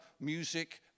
music